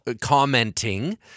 commenting